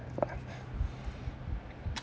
yeah